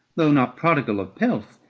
though not prodigal of pelt,